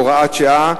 הוראת שעה),